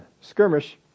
skirmish